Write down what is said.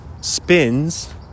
spins